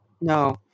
no